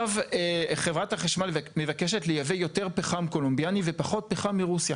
חברת החשמל מבקשת לייבא יותר פחם קולומביאני ופחות פחם מרוסיה.